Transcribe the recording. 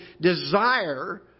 desire